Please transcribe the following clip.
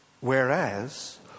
whereas